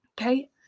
Okay